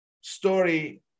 story